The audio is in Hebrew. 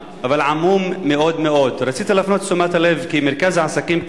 אבל עמום מאוד מאוד: רציתי להפנות את תשומת הלב כי מרכז העסקים,